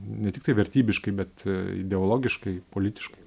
ne tiktai vertybiškai bet ideologiškai politiškai